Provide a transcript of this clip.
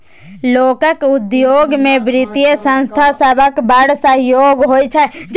लोकक उद्योग मे बित्तीय संस्था सभक बड़ सहयोग होइ छै